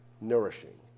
nourishing